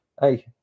hey